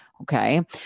Okay